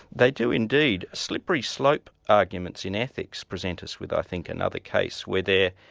they do indeed. slippery slope arguments in ethics present us with, i think, another case where there,